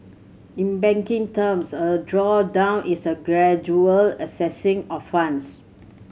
in banking terms a drawdown is a gradual accessing of funds